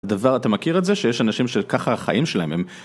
דבר אתה מכיר את זה שיש אנשים שככה החיים שלהם הם.